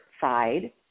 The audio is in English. side